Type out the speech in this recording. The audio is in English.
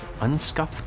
unscuffed